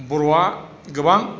बर'आ गोबां